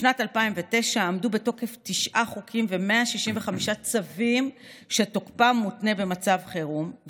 בשנת 2009 עמדו בתוקף תשעה חוקים ו-165 צווים שתוקפם מותנה במצב חירום,